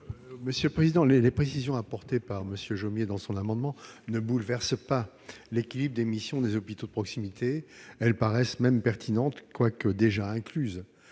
commission ? Les précisions apportées par M. Jomier dans son amendement ne bouleversent pas l'équilibre des missions des hôpitaux de proximité. Elles paraissent même pertinentes, quoique déjà incluses